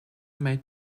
made